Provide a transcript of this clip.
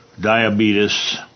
diabetes